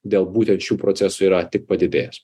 dėl būtent šių procesų yra tik padidėjęs